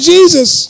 Jesus